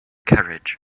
carriage